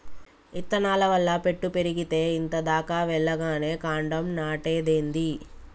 ఇత్తనాల వల్ల పెట్టు పెరిగేతే ఇంత దాకా వెల్లగానే కాండం నాటేదేంది